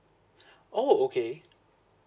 oh okay